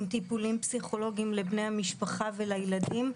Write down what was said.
עם טיפולים פסיכולוגיים לבני המשפחה ולילדים.